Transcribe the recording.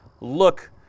Look